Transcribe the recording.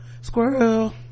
squirrel